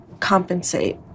Compensate